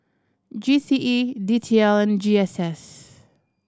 G C E D T L and G S S